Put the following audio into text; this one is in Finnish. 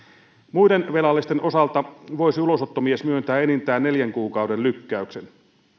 muiden velallisten osalta voisi ulosottomies myöntää enintään neljän kuukauden lykkäyksen